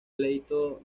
pleito